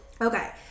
Okay